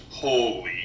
Holy